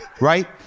Right